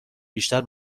بیشتر